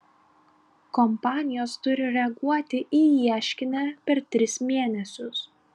kompanijos turi reaguoti į ieškinį per tris mėnesius